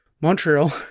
Montreal